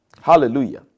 Hallelujah